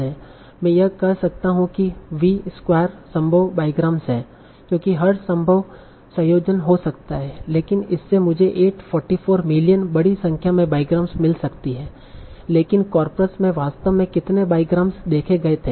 मैं यह कह सकता हूं कि V इसक्वायर संभव बाईग्रामस हैं क्योंकि हर संभव संयोजन हो सकता है लेकिन इससे मुझे 844 मिलियन बड़ी संख्या में बाईग्रामस मिल सकती है लेकिन कॉर्पस में वास्तव में कितने बाईग्रामस देखे गए थे